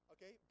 Okay